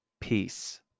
peace